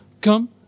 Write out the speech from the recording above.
come